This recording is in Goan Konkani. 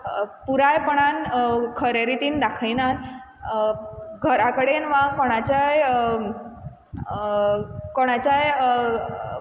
पुरायपणान खरे रितीन दाखयनात घरा कडेन वा कोणाच्याय कोणाच्याय